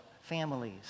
families